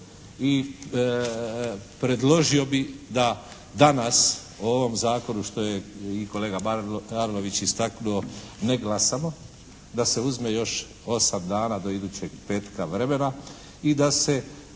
i predložio bih da danas o ovom Zakonu što je i kolega Arlović istaknuo ne glasamo, da se uzme još 8 dana do idućeg petka vremena i da se